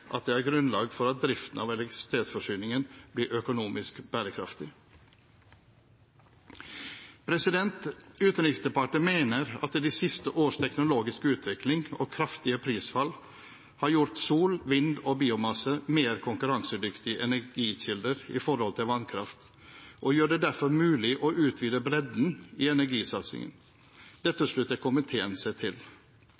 at det er grunnlag for at driften av elektrisitetsforsyningen blir økonomisk bærekraftig. Utenriksdepartementet mener at de siste års teknologiske utvikling og kraftige prisfall har gjort sol, vind og biomasse til mer konkurransedyktige energikilder i forhold til vannkraft, og gjør det derfor mulig å utvide bredden i energisatsingen. Dette slutter komiteen seg til.